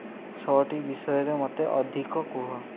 ଶୋଟି ବିଷୟରେ ମୋତେ ଅଧିକ କୁହ